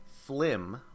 Flim